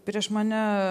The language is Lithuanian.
prieš mane